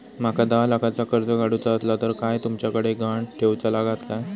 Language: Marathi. माका दहा लाखाचा कर्ज काढूचा असला तर काय तुमच्याकडे ग्हाण ठेवूचा लागात काय?